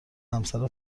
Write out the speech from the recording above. همسر